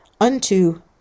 unto